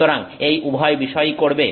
সুতরাং এই উভয় বিষয়ই করবে